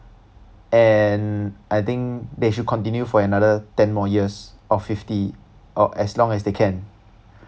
and I think they should continue for another ten more years or fifty or as long as they can